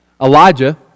Elijah